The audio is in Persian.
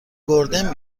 گردن